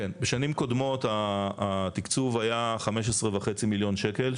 בשנים קודמות התקצוב היה 15.5 מיליון שקל,